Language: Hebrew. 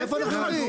מאיפה אנחנו יודעים?